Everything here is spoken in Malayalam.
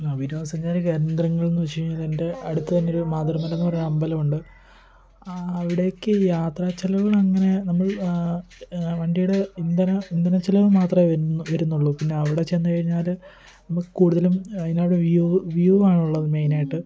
ആ വിനോദ സഞ്ചാര കേന്ദ്രങ്ങൾ എന്ന് വെച്ച് കഴിഞ്ഞാൽ എൻ്റെ അടുത്ത് തന്നെ ഒര് മാതൃമല എന്ന് പറയുന്ന ഒരു അമ്പലമുണ്ട് അവിടേയ്ക്ക് യാത്ര ചിലവുകളങ്ങനെ നമ്മൾ വണ്ടിയുടെ ഇന്ധന ഇന്ധനച്ചിലവ് മാത്രമേ വരു വരുന്നുള്ളു പിന്നെ അവിടെ ചെന്ന് കഴിഞ്ഞാല് നമുക്ക് കൂടുതലും അതിന് അവിടെ വ്യൂ വ്യൂ ആണുള്ളത് മെയിനായിട്ട്